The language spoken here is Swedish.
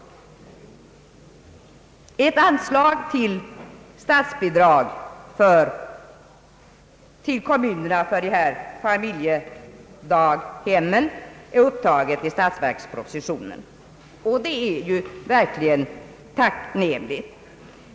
Ett anslag till statsbidrag till kommunerna för familjedaghem är upptaget i statsverkspropositionen, och det är ju verkligen tacknämligt.